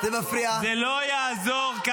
זה לא יעזור.